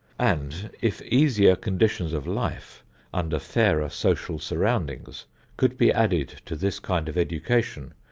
and if easier conditions of life under fairer social surroundings could be added to this kind of education,